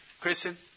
question